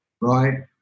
right